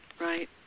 right